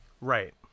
Right